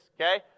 Okay